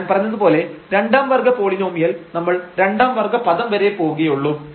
ഞാൻ പറഞ്ഞതുപോലെ രണ്ടാം വർഗ്ഗ പോളിനോമിയൽ നമ്മൾ രണ്ടാം വർഗ്ഗ പദം വരെ പോവുകയുള്ളൂ